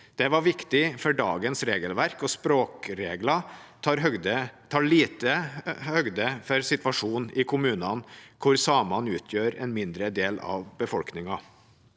Det var viktig for dagens regelverk. Språkregler tar lite høyde for situasjonen i kommunene hvor samene utgjør en mindre del av befolkningen.